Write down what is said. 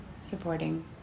supporting